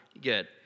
Good